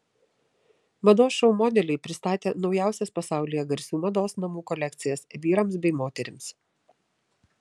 mados šou modeliai pristatė naujausias pasaulyje garsių mados namų kolekcijas vyrams bei moterims